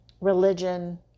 religion